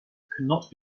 cannot